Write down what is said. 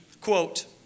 quote